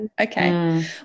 Okay